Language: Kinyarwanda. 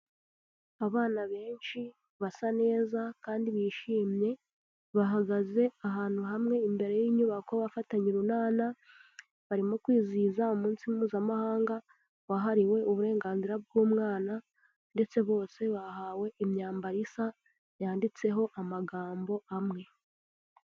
Abana benshi basa neza kandi bishimye, bahagaze ahantu hamwe imbere y'inyubako bafatanye urunana, barimo kwizihiza Umunsi Mpuzamahanga Wahariwe Uburenganzira bw'Umwana ndetse bose bahawe imyambaro isa yanditseho amagambo amwe.